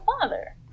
father